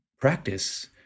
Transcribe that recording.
practice